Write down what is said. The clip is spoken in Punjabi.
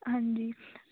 ਹਾਂਜੀ